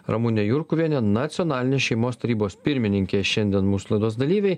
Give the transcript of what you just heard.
ramunė jurkuvienė nacionalinės šeimos tarybos pirmininkė šiandien mūsų laidos dalyviai